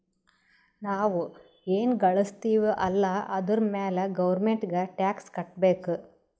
ನಾವ್ ಎನ್ ಘಳುಸ್ತಿವ್ ಅಲ್ಲ ಅದುರ್ ಮ್ಯಾಲ ಗೌರ್ಮೆಂಟ್ಗ ಟ್ಯಾಕ್ಸ್ ಕಟ್ಟಬೇಕ್